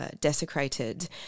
desecrated